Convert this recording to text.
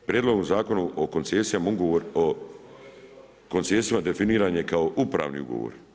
Prijedlogom Zakona o koncesijama Ugovor o koncesijama definiran je kao upravni ugovor.